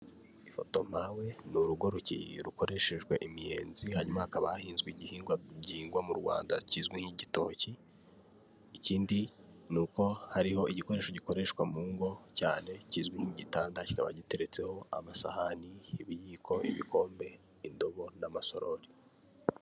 Ifoto mpawe ni urugo rukoreshejwe imiyenzi, hanyuma hakaba hahinzwe igihingwa gihigwa mu Rwanda kizwi nk'igitoki, ikindi ni uko hariho igikoresho gikoreshwa mu ngo cyane kizwi nk'igitanda, kikaba giteretseho amasahani, ibiyiko, ibikombe, indobo n'amasorori.